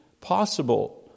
possible